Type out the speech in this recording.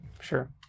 Sure